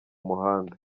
muhanda